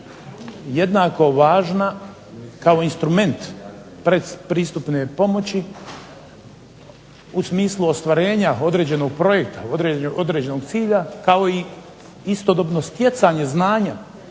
jednako važna kao instrument pretpristupne pomoći u smislu ostvarenja određenog projekta, određenog cilja kao i istodobno stjecanje znanja